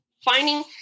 finding